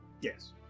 Yes